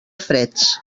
freds